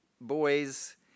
boys